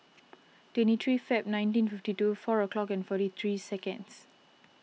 twenty three Feb nineteen fifty two four o'clock forty three seconds